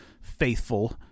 faithful